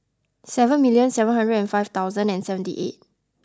seven million seven hundred and five thousand and seventy eight